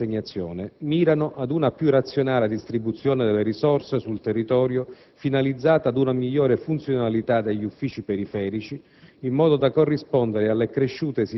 I criteri adottati per l'assegnazione mirano ad una più razionale distribuzione delle risorse sul territorio finalizzata ad una migliore funzionalità degli uffici periferici,